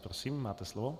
Prosím, máte slovo.